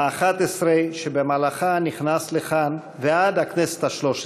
האחת-עשרה, שבמהלכה נכנס לכאן, עד השלוש-עשרה.